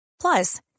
Plus